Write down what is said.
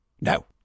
No